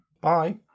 Bye